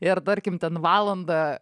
ir tarkim ten valandą